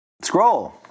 Scroll